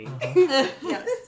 Yes